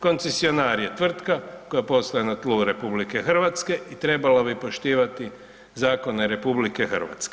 Koncesionar je tvrtka koja posluje na tlu RH i trebalo bi poštivati zakone RH.